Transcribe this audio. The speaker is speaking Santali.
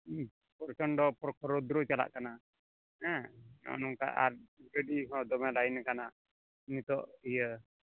ᱯᱨᱚᱪᱚᱱᱰᱚ ᱯᱨᱚᱠᱷᱳᱨ ᱨᱳᱫᱨᱳ ᱪᱟᱞᱟᱜ ᱠᱟᱱᱟ ᱦᱮᱸ ᱱᱚᱜᱼᱚ ᱱᱚᱝᱠᱟ ᱟᱨ ᱜᱟᱹᱰᱤ ᱦᱚᱸ ᱫᱚᱢᱮ ᱞᱟᱹᱭᱤᱱ ᱟᱠᱟᱱᱟ ᱱᱤᱛᱚᱜ ᱤᱭᱟᱹ